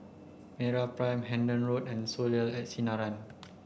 MeraPrime Hendon Road and Soleil at Sinaran